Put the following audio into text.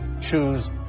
choose